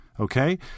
Okay